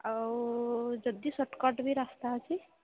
ଆଉ ଯଦି shortcut ବି ରାସ୍ତା ଅଛି